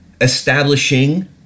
establishing